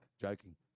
joking